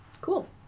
Cool